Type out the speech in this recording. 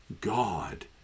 God